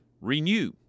renew